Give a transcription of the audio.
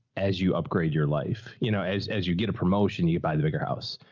as you upgrade your life, you know as, as you get a promotion, you buy the bigger house.